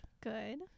Good